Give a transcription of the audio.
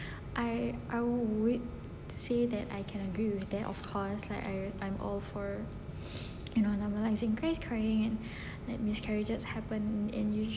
I would say that I can agree with that of course like I I'm all for you know normalising guys crying and miscarriages happen in huge like